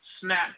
SNAP